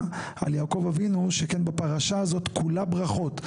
על יעקב אבינו שכן הפרשה הזאת כולה ברכות.